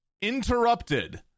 interrupted